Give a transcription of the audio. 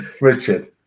Richard